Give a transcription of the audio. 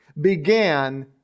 began